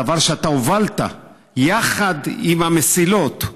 דבר שאתה הובלת יחד עם המסילות.